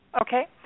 Okay